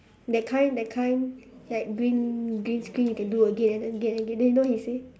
that kind that kind that green green screen you can do again and again and again then you know what he say